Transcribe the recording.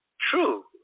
True